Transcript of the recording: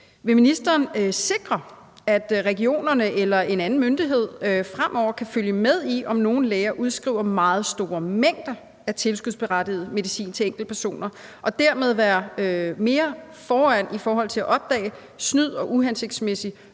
Vil ministeren sikre, at regionerne eller en anden myndighed fremover kan følge med i, om nogen læger udskriver meget store mængder af tilskudsberettiget medicin til enkeltpersoner, og dermed være mere foran i forhold til at opdage snyd og uhensigtsmæssigt